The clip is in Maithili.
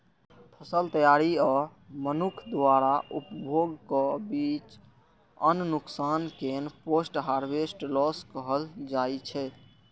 फसल तैयारी आ मनुक्ख द्वारा उपभोगक बीच अन्न नुकसान कें पोस्ट हार्वेस्ट लॉस कहल जाइ छै